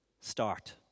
start